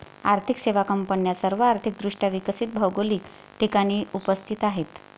आर्थिक सेवा कंपन्या सर्व आर्थिक दृष्ट्या विकसित भौगोलिक ठिकाणी उपस्थित आहेत